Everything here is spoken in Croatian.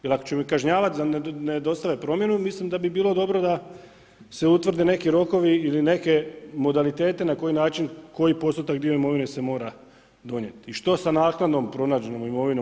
Jer ako ćemo ih kažnjavat da ne dostave promjenu, mislim da bi bilo dobro da se utvrde neki rokovi ili neke modalitete na koji način koji postotak i dio imovine se mora donijeti i što sa naknadno pronađenom imovinom?